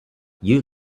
you